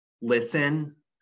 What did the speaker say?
listen